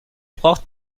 braucht